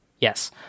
Yes